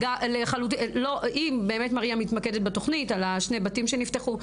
אם באמת מריה מתמקדת בתוכנית על שני הבתים שנפתחו,